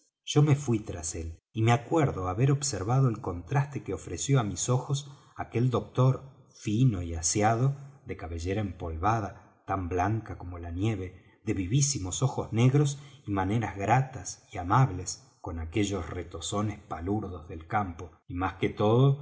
yo me fuí tras él y me acuerdo haber observado el contraste que ofreció á mis ojos aquel doctor fino y aseado de cabellera empolvada tan blanca como la nieve de vivísimos ojos negros y maneras gratas y amables con aquellos retozones palurdos del campo y más que todo